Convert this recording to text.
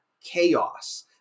chaos